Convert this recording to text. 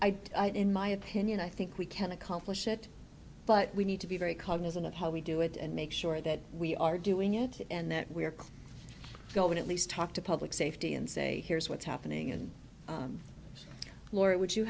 role is in my opinion i think we can accomplish it but we need to be very cognizant of how we do it and make sure that we are doing it and that we are clear go and at least talk to public safety and say here's what's happening and laura would you